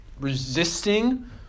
resisting